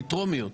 מטרומיות.